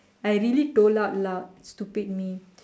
I really told out loud stupid me